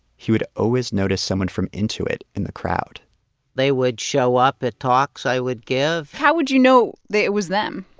he would always notice someone from intuit in the crowd they would show up at talks i would give how would you know it was them?